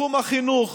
תחום החינוך,